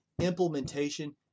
implementation